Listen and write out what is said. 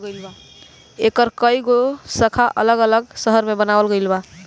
एकर कई गो शाखा अलग अलग शहर में बनावल गईल बा